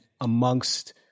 amongst